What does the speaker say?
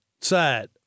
Sad